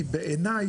כי בעיניי,